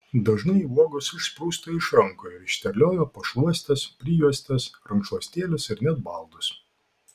dažnai uogos išsprūsta iš rankų ir išterlioja pašluostes prijuostes rankšluostėlius ir net baldus